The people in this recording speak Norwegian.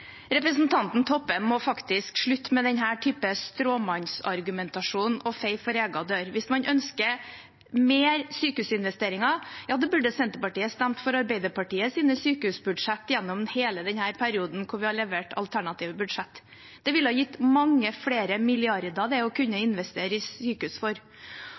Representanten Toppe må faktisk slutte med denne typen stråmannsargumentasjon og heller feie for egen dør. Hvis man ønsker mer sykehusinvesteringer, burde Senterpartiet stemt for Arbeiderpartiets sykehusbudsjett gjennom hele denne perioden hvor vi har levert alternative budsjett. Det ville gitt mange flere milliarder til å investere i sykehus.